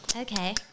okay